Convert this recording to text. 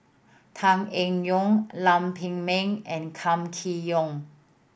Tan Eng Yoon Lam Pin Min and Kam Kee Yong